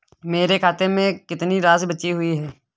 मेरे खाते में कितनी राशि बची हुई है?